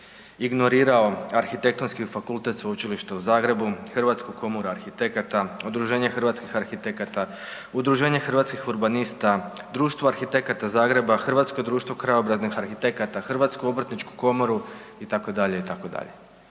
ignorirao Arhitektonski fakultet Sveučilišta u Zagrebu, Hrvatsku komoru arhitekata, Udruženje hrvatskih arhitekata, Udruženje hrvatskih urbanista, Društvo arhitekata Zagreba, Hrvatsko društvo krajobraznih arhitekata, HOK itd., itd.